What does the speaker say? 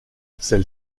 celle